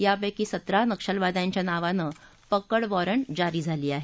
यापैकी सतरा नक्षलवाद्यांच्या नावानं पकड वॉरंट जारी झाली आहेत